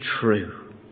true